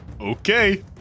Okay